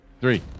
Three